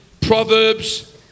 Proverbs